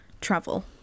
travel